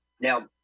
Now